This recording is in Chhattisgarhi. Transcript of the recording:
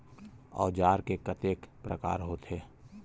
औजार के कतेक प्रकार होथे?